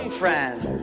friend